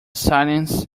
silence